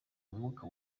umwuka